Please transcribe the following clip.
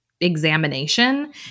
examination